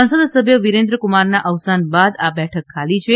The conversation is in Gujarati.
સાંસદ સભ્ય વીરેન્દ્ર કુમારના અવસાન બાદ આ બેઠક ખાલી છે